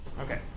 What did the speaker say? Okay